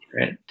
Right